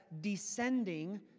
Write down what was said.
descending